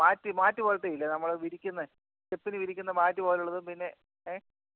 മാറ്റ് mat പോലെത്തെ ഇല്ല നമ്മൾ വിരിക്കുന്ന സ്റ്റെപ്പിന് വിരിക്കുന്ന മാറ്റ് പോലുള്ളതും പിന്നെ ഏ